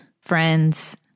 friends